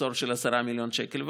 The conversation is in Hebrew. מחסור של 10 מיליון שקל,